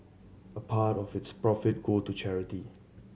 a part of its profit go to charity